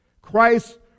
Christ